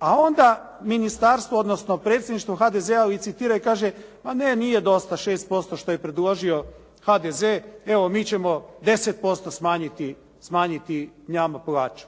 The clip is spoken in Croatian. A onda ministarstvo, odnosno predsjedništvo HDZ-a licitira i kaže ma nije dosta 6% što je predložio HDZ, evo mi ćemo 10% smanjiti nama plaću.